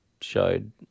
showed